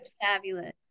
fabulous